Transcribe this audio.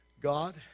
God